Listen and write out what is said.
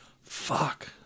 Fuck